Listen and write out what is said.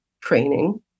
training